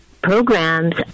programs